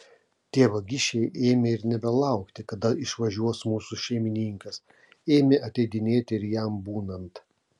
tie vagišiai ėmė ir nebelaukti kada išvažiuos mūsų šeimininkas ėmė ateidinėti ir jam būnant